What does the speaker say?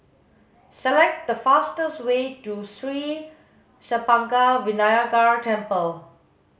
select the fastest way to Sri Senpaga Vinayagar Temple